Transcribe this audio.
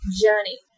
journey